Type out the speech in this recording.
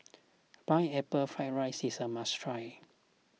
Pineapple Fried Rice is a must try